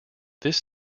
this